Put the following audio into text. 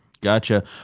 gotcha